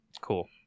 Cool